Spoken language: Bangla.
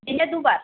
দিনে দুবার